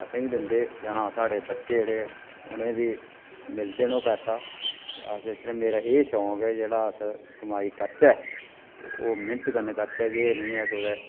असें गी बी दिंदे जां साढ़े बच्चे जेह्ड़े उ'नें गी बी मिलदे न ओह् पैसा ते असें ते मेरा एह् शौक ऐ जेह्ड़ा अस कमाई करचै ते ओह् मेह्नत कन्नै करचै कि एह् निं ऐ कुतै